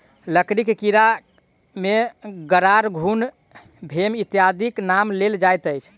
लकड़ीक कीड़ा मे गरार, घुन, भेम इत्यादिक नाम लेल जाइत अछि